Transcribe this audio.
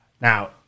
Now